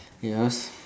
ya